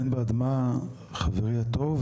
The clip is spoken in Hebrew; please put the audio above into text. אין בעד מה חברי הטוב.